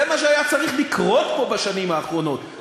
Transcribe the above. זה מה שהיה צריך לקרות פה בשנים האחרונות,